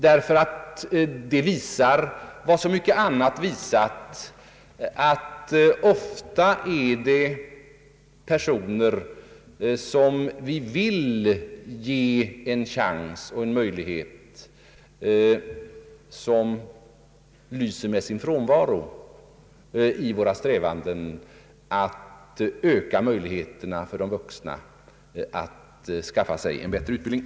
De visar nämligen vad så mycket annat visat — att det ofta är just de personer som vi vill ge en chans och en möjlighet som lyser med sin frånvaro i våra strävanden när vi ökar möjligheterna för de vuxna att skaffa sig en bättre utbildning.